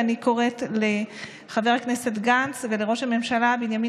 ואני קוראת לחבר הכנסת גנץ ולראש הממשלה בנימין